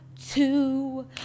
Two